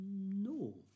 No